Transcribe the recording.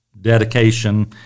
dedication